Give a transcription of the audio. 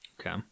Okay